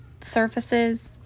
surfaces